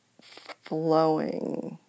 flowing